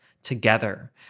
together